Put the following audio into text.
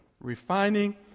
refining